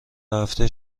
هفته